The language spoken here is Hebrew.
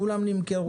כולם נמכרו.